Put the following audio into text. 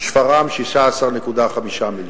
שפרעם, 16.5 מיליון.